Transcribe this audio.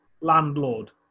landlord